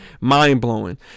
Mind-blowing